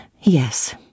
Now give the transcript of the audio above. Yes